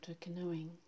canoeing